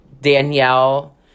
Danielle